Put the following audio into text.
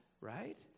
right